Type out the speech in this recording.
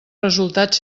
resultats